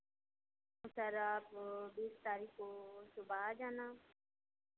sir आप बीस तारीख को सुबह आ जाना